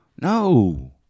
No